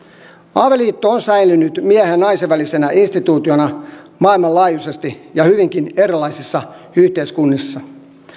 avioliitto on säilynyt miehen ja naisen välisenä instituutiona maailmanlaajuisesti ja hyvinkin erilaisissa yhteiskunnissa